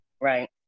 Right